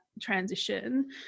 transition